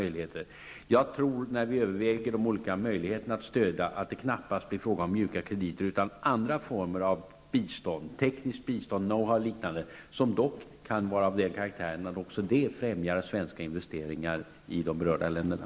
Jag tror att det när vi överväger de olika möjligheterna att ge stöd knappast blir fråga om mjuka krediter utan om andra former av bistånd -- tekniskt bistånd, knowhow och liknande -- som dock även de kan vara av den karaktären att de främjar svenska investeringar i de berörda länderna.